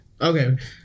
Okay